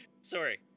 Sorry